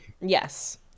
yes